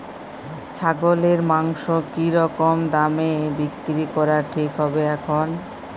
ছাগলের মাংস কী রকম দামে বিক্রি করা ঠিক হবে এখন?